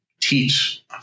teach